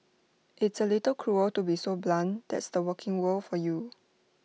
it's A little cruel to be so blunt that's the working world for you